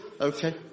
Okay